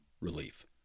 relief